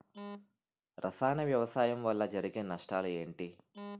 రసాయన వ్యవసాయం వల్ల జరిగే నష్టాలు ఏంటి?